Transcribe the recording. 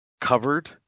covered